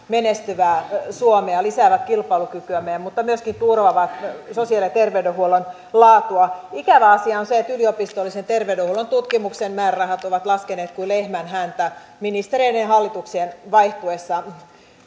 menestyvää suomea lisäävät kilpailukykyämme mutta myöskin turvaavat sosiaali ja terveydenhuollon laatua ikävä asia on se että yliopistollisen terveydenhuollon tutkimuksen määrärahat ovat laskeneet kuin lehmän häntä ministereiden ja hallituksien vaihtuessa